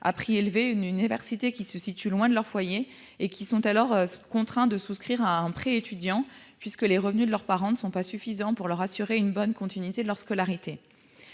scolarité élevés, ou une université qui se situe loin de leur foyer, et sont contraints de souscrire un prêt étudiant, les revenus de leurs parents n'étant pas suffisants pour assurer une bonne continuité de leur scolarité.